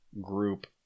group